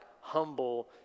humble